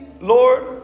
Lord